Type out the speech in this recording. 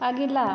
अगिला